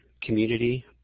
community